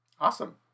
Awesome